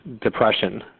depression